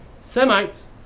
Semites